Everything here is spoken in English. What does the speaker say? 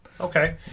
Okay